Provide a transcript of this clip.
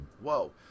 whoa